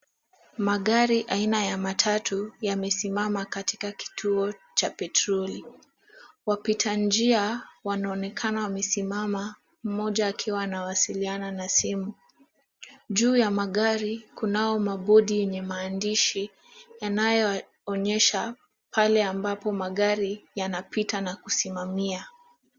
Magari aina ya matatu, yamesimama katika kituo cha petroli. Wapitanjia, wanaonekana wamesimama, mmoja akiwa anawasiliana na simu. Juu ya magari ,kunao mabodi yenye maandishi, yanayoonyesha, pale ambapo magari yanapita na kusimamia.